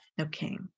Okay